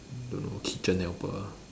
don't know kitchen helper